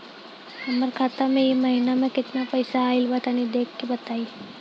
हमरा खाता मे इ महीना मे केतना पईसा आइल ब तनि देखऽ क बताईं?